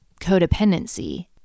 codependency